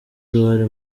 uruhare